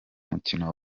mukino